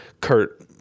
Kurt